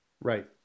Right